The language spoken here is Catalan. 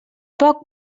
poc